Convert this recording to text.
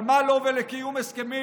אבל מה לו ולקיום הסכמים?